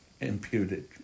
imputed